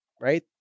right